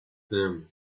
them